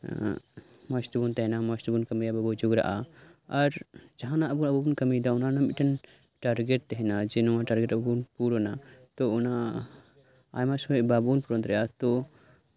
ᱮᱜ ᱢᱚᱸᱡᱛᱮ ᱛᱮᱵᱚᱱ ᱛᱟᱸᱦᱮᱱᱟ ᱵᱟᱵᱚᱱ ᱡᱷᱚᱜᱽᱲᱟᱜᱼᱟ ᱟᱨ ᱡᱟᱸᱦᱟᱱᱟᱜ ᱟᱵᱚ ᱵᱚᱱ ᱠᱟᱹᱢᱤᱭᱮᱫᱟ ᱚᱱᱟ ᱨᱮᱱᱟᱜ ᱢᱤᱫᱴᱮᱱ ᱴᱟᱨᱜᱮᱴ ᱛᱟᱸᱦᱮᱱᱟ ᱱᱚᱣᱟ ᱴᱟᱨᱜᱮᱴ ᱟᱵᱚ ᱵᱚᱱ ᱯᱩᱨᱚᱱᱟ ᱚᱱᱟ ᱟᱭᱢᱟ ᱥᱚᱢᱚᱭ ᱵᱟᱵᱚᱱ ᱯᱩᱨᱚᱱ ᱫᱟᱲᱮᱭᱟᱜᱼᱟ ᱛᱳ